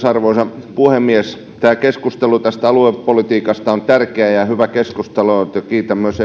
arvoisa puhemies tämä keskustelu aluepolitiikasta on tärkeä ja hyvä keskustelu kiitän myös